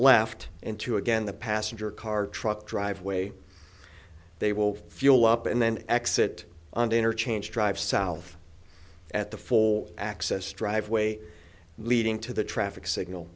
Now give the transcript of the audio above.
left into again the passenger car truck driveway they will fuel up and then exit and interchange drive south at the four access driveway leading to the traffic signal